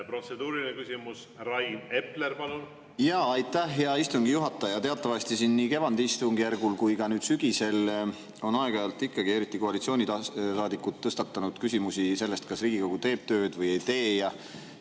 Protseduuriline küsimus, Rain Epler, palun! Aitäh, hea istungi juhataja! Teatavasti siin nii kevadistungjärgul kui ka nüüd sügisel on aeg-ajalt ikka, eriti koalitsioonisaadikud tõstatanud küsimusi sellest, kas Riigikogu teeb tööd või ei tee,